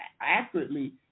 accurately